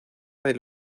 del